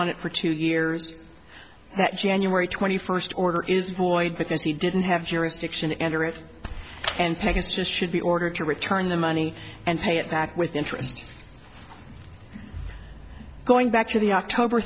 on it for two years that january twenty first order is void because he didn't have jurisdiction endurance and pegasus should be ordered to return the money and pay it back with interest going back to the october